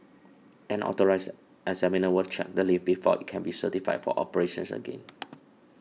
an Authorised Examiner will check the lift before it can be certified for operations again